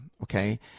okay